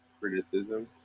criticism